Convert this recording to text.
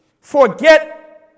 forget